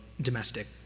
domestic